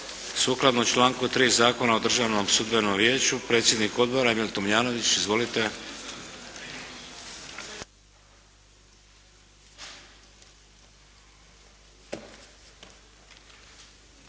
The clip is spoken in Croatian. sukladno članku 3. Zakona o Državnom sudbenom vijeću. Predsjednik odbora Emil Tomljanović. Izvolite.